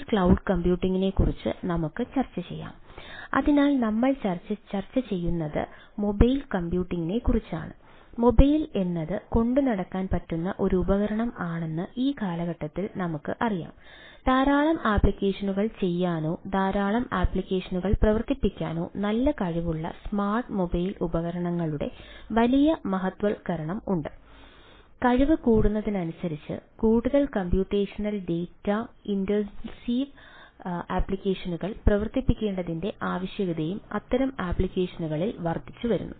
cloud കമ്പ്യൂട്ടിംഗിനെക്കുറിച്ചുള്ള വർധിച്ചുവരുന്നു